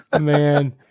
Man